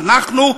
אנחנו,